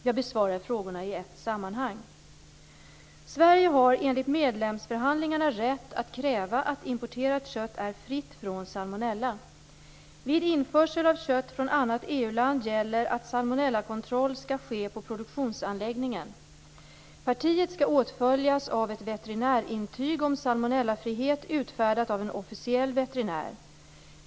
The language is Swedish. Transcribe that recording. Jag besvarar frågorna i ett sammanhang. Sverige har enligt medlemsförhandlingarna rätt att kräva att importerat kött är fritt från salmonella. Vid införsel av kött från annat EU-land gäller att salmonellakontroll skall ske på produktionsanläggningen. Partiet skall åtföljas av ett veterinärintyg om salmonellafrihet, utfärdat av en officiell veterinär.